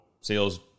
sales